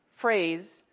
phrase